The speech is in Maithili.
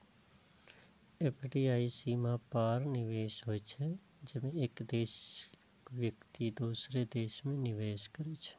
एफ.डी.आई सीमा पार निवेश होइ छै, जेमे एक देशक व्यक्ति दोसर देश मे निवेश करै छै